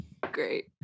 Great